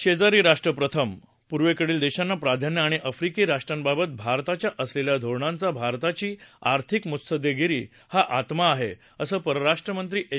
शेजारी राष्ट्र प्रथम पूर्वेकडील देशांना प्राधान्य आणि आफ्रिकी राष्ट्रांबाबत भारताच्या असलेल्या धोरणांचा भारताची आर्थिक मुत्सुद्देगिरी हा आत्मा आहे असं परराष्ट्रमंत्री एस